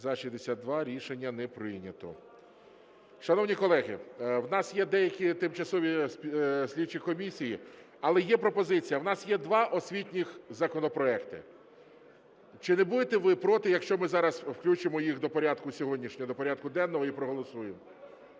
За-62 Рішення не прийнято. Шановні колеги, у нас є деякі тимчасові слідчі комісії. Але є пропозиція. У нас є два освітніх законопроекти. Чи не будете ви проти, якщо ми зараз включимо їх до порядку сьогоднішнього, до порядку денного, і проголосуємо?